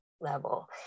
level